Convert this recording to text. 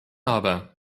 aber